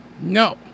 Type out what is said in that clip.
No